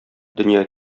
дөнья